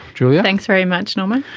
julia. thanks very much norman.